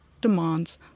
demands